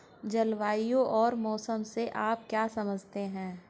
जलवायु और मौसम से आप क्या समझते हैं?